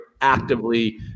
actively